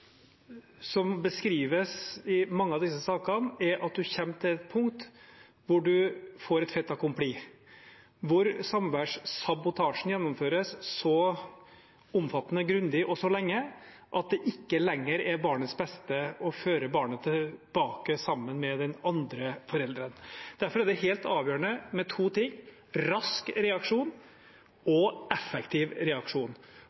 som beskrives i mange av disse sakene, er at man kommer til et punkt hvor man får et fait accompli, hvor samværssabotasjen gjennomføres så omfattende, grundig og så lenge at det ikke lenger er barnets beste å føre barnet tilbake sammen med den andre forelderen. Derfor er det helt avgjørende med to ting: rask reaksjon og effektiv reaksjon.